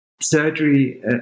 Surgery